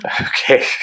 Okay